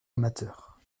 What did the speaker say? amateur